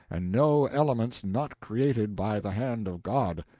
and no elements not created by the hand of god.